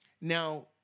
Now